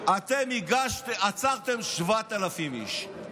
אתם עצרתם 7,000 איש.